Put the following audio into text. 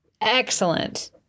Excellent